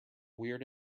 weird